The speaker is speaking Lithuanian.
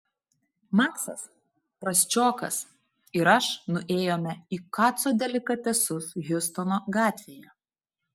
maksas prasčiokas ir aš nuėjome į kaco delikatesus hjustono gatvėje